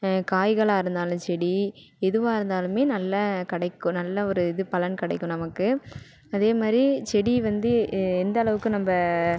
காய்களாக இருந்தாலும் செடி எதுவாக இருந்தாலுமே நல்ல கிடைக்கும் நல்ல ஒரு இது பலன் கிடைக்கும் நமக்கு அதேமாதிரி செடி வந்து எந்த அளவுக்கு நம்ப